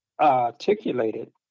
articulated